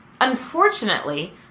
unfortunately